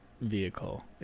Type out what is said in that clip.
vehicle